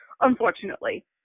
unfortunately